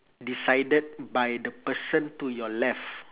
decided by the person to your left